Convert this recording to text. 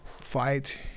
fight